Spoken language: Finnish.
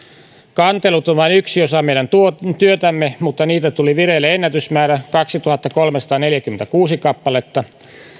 kantelut ovat vain yksi osa meidän työtämme mutta niitä tuli vireille ennätysmäärä kaksituhattakolmesataaneljäkymmentäkuusi kappaletta